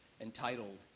entitled